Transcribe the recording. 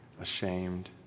ashamed